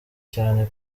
cyane